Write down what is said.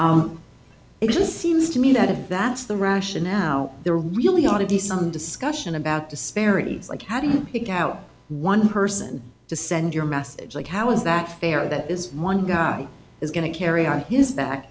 it just seems to me that if that's the rationale there really ought to be some discussion about disparities like how do you pick out one person to send your message like how is that fair that is one guy is going to carry on his back